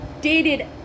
dated